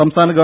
സംസ്ഥാന ഗവ